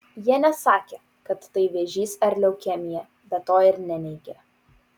jie nesakė kad tai vėžys ar leukemija bet to ir neneigė